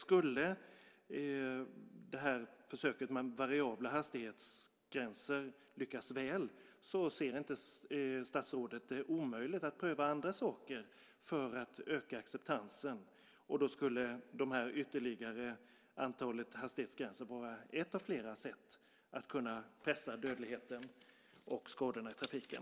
Skulle det här försöket med variabla hastighetsgränser lyckas väl ser inte statsrådet det omöjligt att pröva andra saker för att öka acceptansen. Då skulle det här ytterligare antalet hastighetsgränser vara ett av flera sätt att kunna pressa ned dödligheten och skadorna i trafiken.